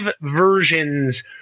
versions